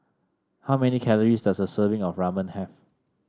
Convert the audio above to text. how many calories does a serving of Ramen have